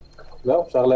אז אני אגיד